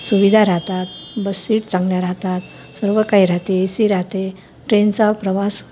सुविधा राहतात bus seat चांगल्या राहतात सर्व काही राहते ए सी राहते ट्रेनचा प्रवास